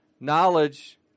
Knowledge